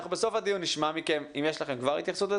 בסוף הדיון נשמע מכם אם יש לכם כבר התייחסות,